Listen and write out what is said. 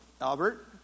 Albert